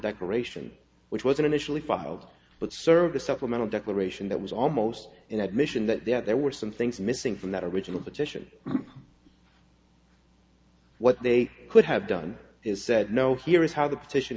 decoration which was initially filed but service supplemental declaration that was almost an admission that there were some things missing from that original petition what they could have done is said no here is how the petition